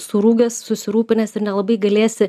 surūgęs susirūpinęs ir nelabai galėsi